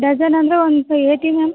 doesn't ಅಂದರೆ ಒಂದು eighty ma'am